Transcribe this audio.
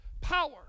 power